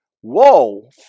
Whoa